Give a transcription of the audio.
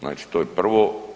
Znači to je prvo.